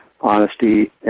honesty